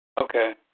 Okay